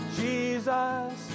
jesus